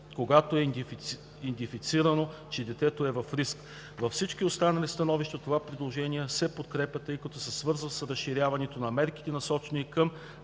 когато е идентифицирано, че детето е в риск. Във всички останалите становища това предложение се подкрепя, тъй като се свързва с разширяването на мерките, насочени към